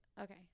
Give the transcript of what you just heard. okay